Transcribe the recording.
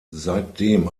seitdem